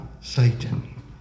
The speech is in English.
Satan